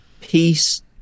peace